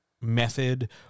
method